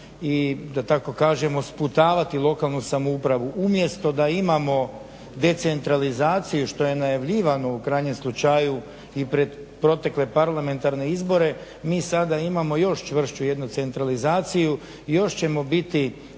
i da tako kažemo sputavati lokalnu samoupravu. Umjesto da imamo decentralizaciju što je najavljivano u krajnjem slučaju i pred protekle parlamentarne izbore mi sada imamo još čvršću jednu centralizaciju, još ćemo biti